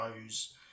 Rose